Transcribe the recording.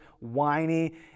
whiny